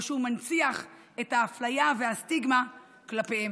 או שהוא מנציח את האפליה והסטיגמה כלפיהם?